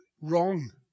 wrong